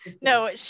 No